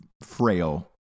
frail